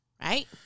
Right